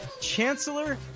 Chancellor